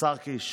השר קיש,